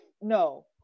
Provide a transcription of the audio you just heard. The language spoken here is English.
no